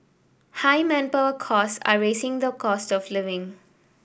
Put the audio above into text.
high manpower costs are raising the cost of living